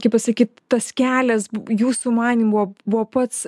kaip pasakyt tas kelias jūsų manymu buvo pats